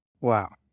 Wow